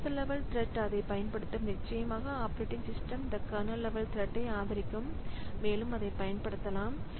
user level thread அதைப் பயன்படுத்தும் நிச்சயமாக ஆப்பரேட்டிங் சிஸ்டம் இந்த கர்னல் லெவல் த்ரெட்டை ஆதரிக்கும் மேலும் அதைப் பயன்படுத்தலாம்